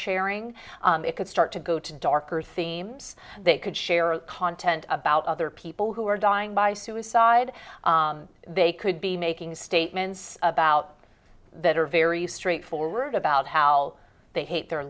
sharing it could start to go to darker themes they could share content about other people who are dying by suicide they could be making statements about that are very straightforward about how they hate their